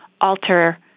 alter